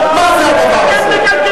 מה זה הדבר הזה?